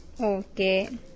Okay